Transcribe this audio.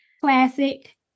classic